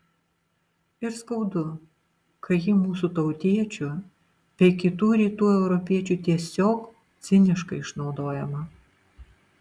ir skaudu kai ji mūsų tautiečių bei kitų rytų europiečių tiesiog ciniškai išnaudojama